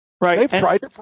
Right